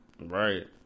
Right